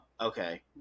Okay